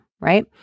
right